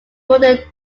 modern